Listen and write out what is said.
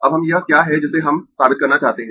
अब हम यह क्या है जिसे हम साबित करना चाहते है